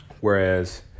Whereas